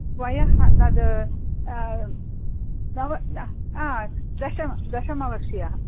वयः तद् नव नव हा दशम दशमवर्षीयः